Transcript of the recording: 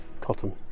cotton